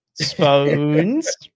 Spoons